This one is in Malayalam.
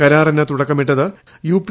കരാറിന് തുടക്കമിട്ടത് യൂപ്പി